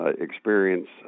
Experience